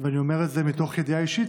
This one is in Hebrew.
אני אומר את זה מתוך ידיעה אישית,